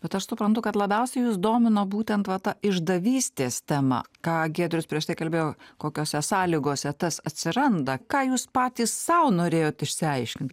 bet aš suprantu kad labiausiai jus domino būtent va ta išdavystės tema ką giedrius prieš tai kalbėjo kokiose sąlygose tas atsiranda ką jūs patys sau norėjot išsiaiškint